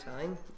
time